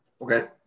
Okay